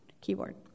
keyboard